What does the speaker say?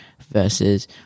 versus